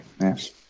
yes